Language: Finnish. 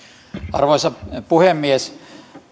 arvoisa puhemies